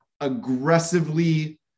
aggressively